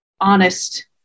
honest